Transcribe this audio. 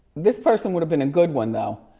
this person would have been a good one though.